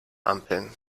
ampeln